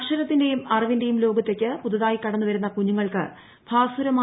അക്ഷരത്തിന്റെയും അറിവിന്റെയും ലോകത്ത്േക്ക് പുതുതായി കടന്നുവരുന്ന കുഞ്ഞുങ്ങൾക്ക് ഭാസുരമായി